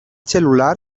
cel·lular